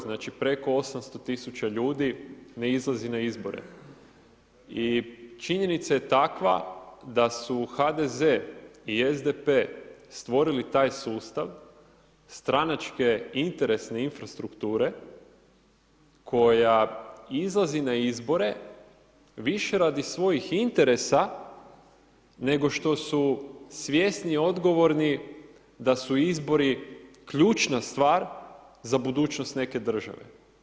Znači preko 800 tisuća ljudi ne izlazi na izbore i činjenica je takva da su HDZ-e i SDP-e stvorili taj sustav stranačke interesne infrastrukture koja izlazi na izbore više radi svojih interesa, nego što su svjesni i odgovorni da su izbori ključna stvar za budućnost neke države.